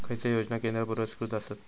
खैचे योजना केंद्र पुरस्कृत आसत?